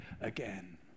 again